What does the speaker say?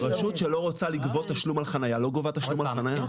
על חניה, לא גובה תשלום על חניה.